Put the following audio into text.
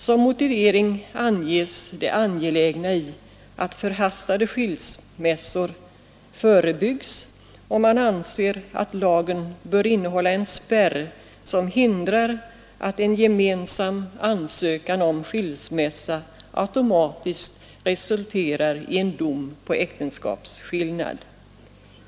Som motivering anges det angelägna i att förhastade skilsmässor förebyggs, och man anser att lagen bör innehålla en spärr som hindrar att en gemensam ansökan om skilsmässa automatiskt resulterar i en dom på äktenskapsskillnad.